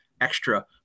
extra